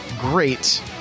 great